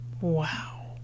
Wow